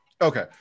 Okay